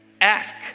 Ask